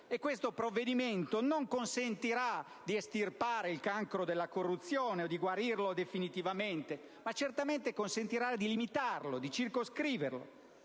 a votare non consentirà di estirpare il cancro della corruzione, o di guarirlo definitivamente, ma certamente consentirà di limitarlo, di circoscriverlo.